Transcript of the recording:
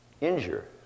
injure